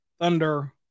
Thunder